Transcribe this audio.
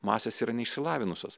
masės yra neišsilavinusios